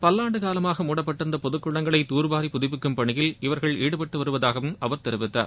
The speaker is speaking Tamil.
பல்லாண்டு காலமாக மூடப்பட்டிருந்த பொதுக்குளங்களை தார்வாரி புதுப்பிக்கும் பணியில் இவர்கள் ஈடுபட்டு வருவதாகவும் அவர் தெரிவித்தார்